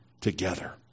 together